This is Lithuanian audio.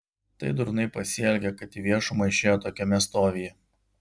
tai durnai pasielgė kad į viešumą išėjo tokiame stovyje